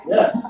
Yes